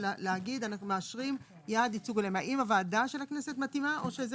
לומר: אנו מאשרים יעד ייצוג הולם האם ועדת הכנסת מתאימה או זו